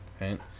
right